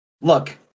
look